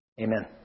Amen